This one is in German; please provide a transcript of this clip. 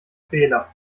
fehler